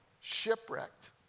shipwrecked